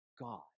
God